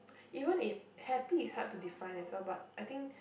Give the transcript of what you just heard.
even if happy is hard to define as well but I think